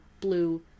blue